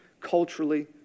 culturally